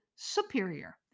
superior